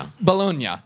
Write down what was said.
Bologna